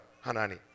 Hanani